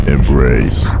Embrace